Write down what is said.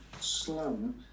slum